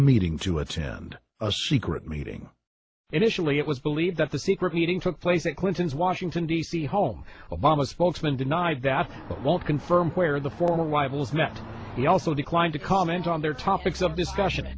meeting to attend a secret meeting initially it was believed that the secret meeting took place in clinton's washington d c home obama spokesman denied that but won't confirm where the former wives met he also declined to comment on their topics of discussion